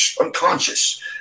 unconscious